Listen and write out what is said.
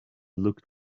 looked